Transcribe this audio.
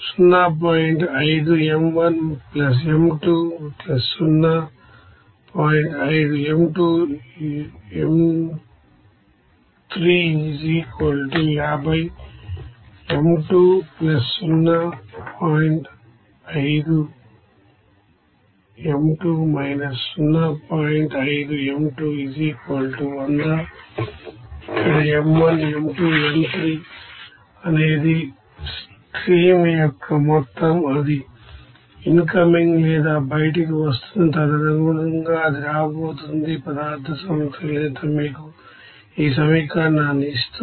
ఇక్కడ m1 m2 m3 అనేది stream యొక్క మొత్తం అది ఇన్కమింగ్ లేదా బయటికి వస్తున్నది తదనుగుణంగా అది రాబోతుందిమెటీరియల్ బాలన్స్ మీకు ఈ సమీకరణాన్ని ఇస్తుంది